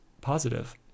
positive